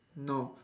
no